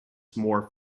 more